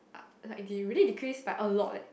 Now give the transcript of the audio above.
uh they really decrease by a lot leh